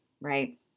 right